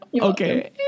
Okay